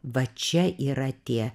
va čia yra tie